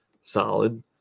solid